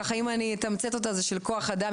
שאם אתמצת אותה, היא של כוח אדם.